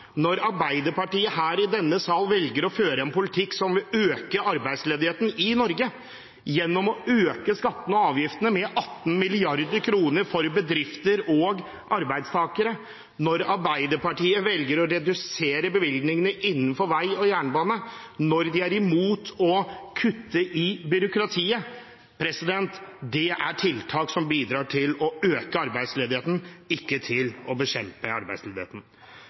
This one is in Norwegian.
når Arbeiderpartiet her i denne sal velger å føre en politikk som vil øke arbeidsledigheten i Norge, gjennom å øke skattene og avgiftene med 18 mrd. kr for bedrifter og arbeidstakere, når Arbeiderpartiet velger å redusere bevilgningene til vei og jernbane, når de er imot å kutte i byråkratiet. Det er tiltak som bidrar til å øke arbeidsledigheten, ikke til å bekjempe arbeidsledigheten.